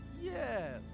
yes